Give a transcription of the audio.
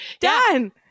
Done